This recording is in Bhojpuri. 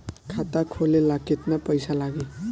खाता खोले ला केतना पइसा लागी?